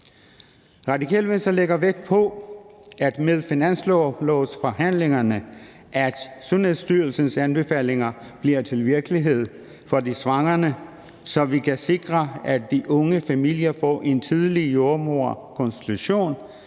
Radikale Venstre lægger vægt på, at Sundhedsstyrelsens anbefalinger med finanslovsforhandlingerne bliver til virkelighed for de svangrende, så vi kan sikre, at de unge familier får en tidlig jordemoderkonsultation